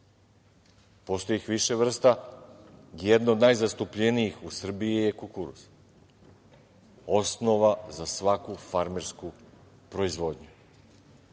Postoji ih više vrsta. Jedna od najzastupljenijih u Srbiji je kukuruz. Osnova za svaku farmersku proizvodnju.